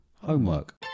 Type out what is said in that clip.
homework